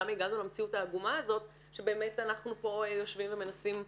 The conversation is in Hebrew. למה הגענו למציאות העגומה הזאת שבאמת אנחנו פה יושבים ומנסים לבדוק.